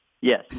Yes